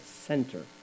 center